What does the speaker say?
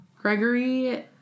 Gregory